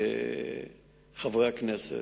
כחברי הכנסת.